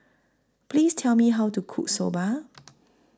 Please Tell Me How to Cook Soba